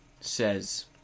says